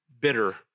bitter